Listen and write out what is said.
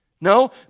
No